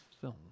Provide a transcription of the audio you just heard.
film